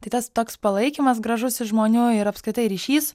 tai tas toks palaikymas gražus iš žmonių ir apskritai ryšys